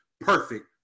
perfect